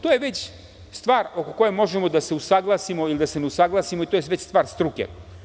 To je već stvar oko koje možemo da se usaglasimo ili da se ne usaglasimo i to je već stvar struke.